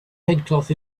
headcloth